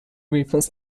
weapons